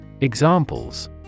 Examples